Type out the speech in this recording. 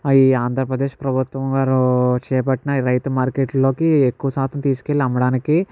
అవి ఆంధ్రప్రదేశ్ ప్రభుత్వం వారు చేపట్టిన రైతు మార్కెట్లోకి ఎక్కువ శాతం తీసుకెళ్ళి అమ్మడానికి